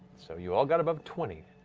so you all got above a twenty.